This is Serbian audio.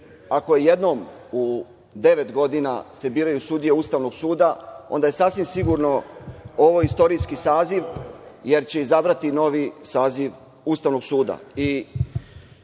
ako se jednom u devet godina biraju sudije Ustavnog suda, onda je sasvim sigurno ovo istorijski saziv, jer će izabrati novi saziv Ustavnog suda.